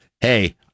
hey